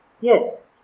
yes